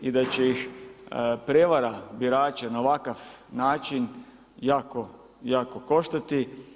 I da će ih prevara birača na ovakav način jako, jako koštati.